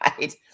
right